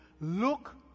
Look